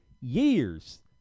years